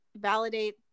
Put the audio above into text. validate